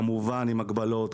כמובן עם הגבלות,